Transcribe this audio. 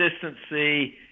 Consistency